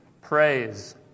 praise